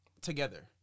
together